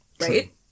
right